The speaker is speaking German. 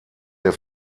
der